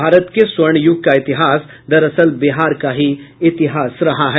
भारत के स्वर्ण युग का इतिहास दरअसल बिहार का ही इतिहास रहा है